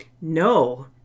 no